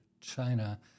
China